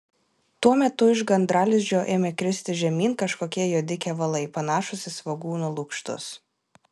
tuo metu iš gandralizdžio ėmė kristi žemyn kažkokie juodi kevalai panašūs į svogūno lukštus